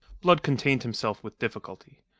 blood contained himself with difficulty.